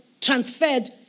transferred